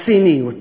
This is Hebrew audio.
לציניות.